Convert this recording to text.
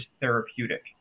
therapeutic